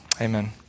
amen